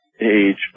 age